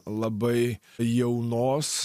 labai jaunos